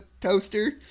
toaster